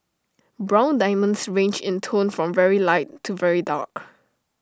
brown diamonds range in tone from very light to very dark